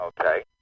Okay